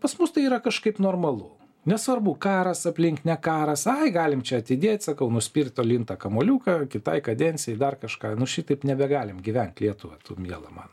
pas mus tai yra kažkaip normalu nesvarbu karas aplink ne karas ai galim čia atidėt sakau nuspirt tolyn tą kamuoliuką kitai kadencijai dar kažką nu šitaip nebegalim gyvent lietuva tu tu miela mano